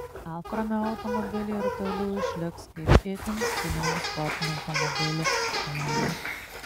alfa romeo automobiliai ir toliau išliks kaip itin stilingų sportinių automobilių etalonas